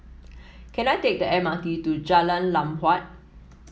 can I take the M R T to Jalan Lam Huat